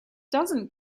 doesn’t